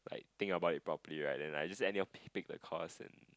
like think about it properly right then I just anyhow pick pick the course and